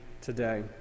today